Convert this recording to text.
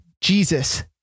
Jesus